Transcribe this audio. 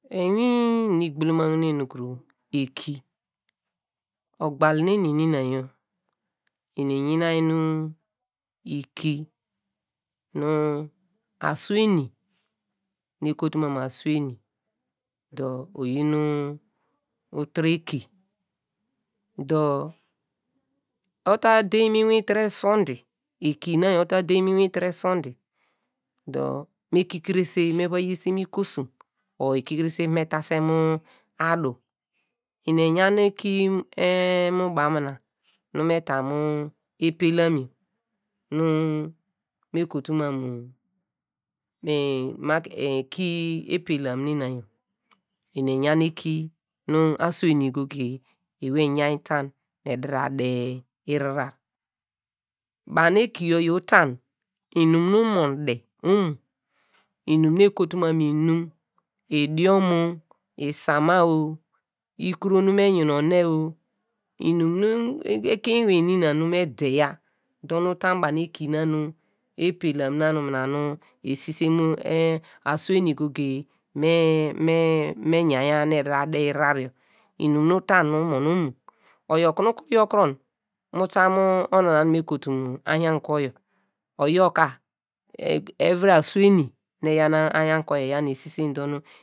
Inwin inum nu igbulomanen nu kuru iki, ogbal nu eni nina yor eni eyan nu iki nu asu enu nu ekotu mam mu asu eny, dor oyin nu tire eki, dor ota deyi mu tire sunday dor me kikrese me va yi mu ukosom or, ekikrese me va tam my adu, eni eyan eki ehn mu banu bana nu me ta mu epelam yor nu me kotu mam mu eki epelam nina yor eni eyan eki nu asu eni goge ewey eyainy ta eda de ivharar, banu eki yor yor uta, inum nu umon de imo, inum nu ekotu mam mu inum idiom o, isama o ikuro nu me yinone o, inum nu ekein ewey nina nu me deya dor nu uta banu eki na nu epelam nu esise mu asu eny goge me yanya nu eda de ahrar yor inum nu uta nu umon omo oyor okunu ukuru yorkuro mu ta mu ona nu me kotu mu ahiankwo yor, oyor ka asu eny nu eyan ahiankwo yor eyan esisen dor nu.